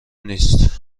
نیست